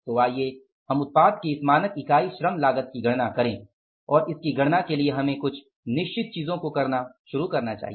तो आइए हम उत्पाद की इस मानक इकाई श्रम लागत की गणना करें और इसकी गणना के लिए हमें कुछ निश्चित चीजों को करना शुरू करना होगा